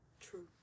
True